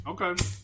Okay